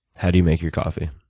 how do you make your coffee?